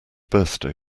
birthday